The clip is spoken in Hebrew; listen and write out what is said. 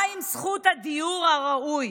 מה עם זכות הדיור הראוי?